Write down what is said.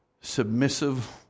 submissive